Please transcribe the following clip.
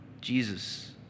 Jesus